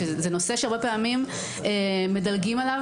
וזה נושא שהרבה פעמים מדלגים עליו